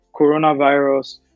coronavirus